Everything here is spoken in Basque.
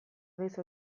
giza